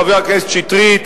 חבר הכנסת שטרית,